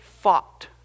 fought